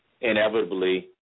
inevitably